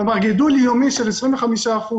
כלומר גידול יומי של 25%